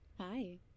Hi